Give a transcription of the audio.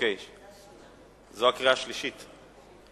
חוק הביטוח הלאומי (תיקון מס' 117),